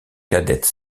cadette